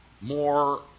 more